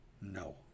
No